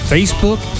Facebook